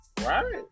Right